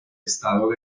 estado